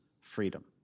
freedom